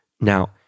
Now